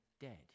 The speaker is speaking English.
dead